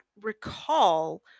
recall